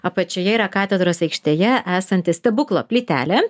apačioje yra katedros aikštėje esanti stebuklo plytelė